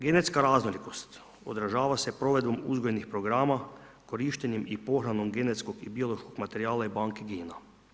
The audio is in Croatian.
Genetska raznolikost odražava se provedbom uzgojnih programa, korištenjem i pohranom genetskog i biološkog materijala i banke gena.